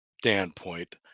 standpoint